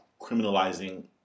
criminalizing